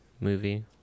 movie